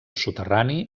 soterrani